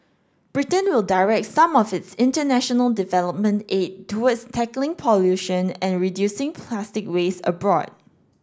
Britain will direct some of its international development aid towards tackling pollution and reducing plastic waste abroad